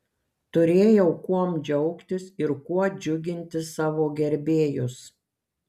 turėjau kuom džiaugtis ir kuo džiuginti savo gerbėjus